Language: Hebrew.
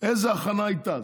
איזו הכנה הייתה?